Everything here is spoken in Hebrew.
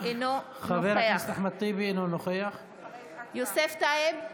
אינו נוכח יוסף טייב,